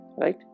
Right